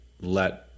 let